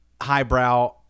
highbrow